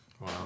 Wow